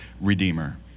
Redeemer